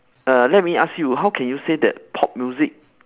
err let me ask you how can you say that pop music